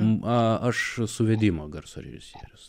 na aš suvedimo garso režisierius